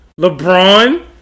LeBron